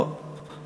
לא נמצא.